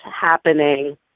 happening